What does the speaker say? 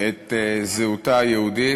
את זהותה היהודית,